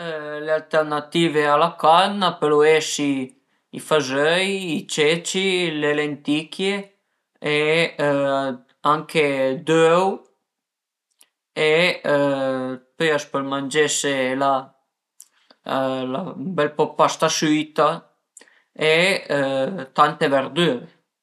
Le alternative a la carn a pölu esi i fazöi, i ceci, le lenticchie e anche d'öu e pöi a s'pöl mangese la ën bel po dë pastasüita e tante verdüre